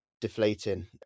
deflating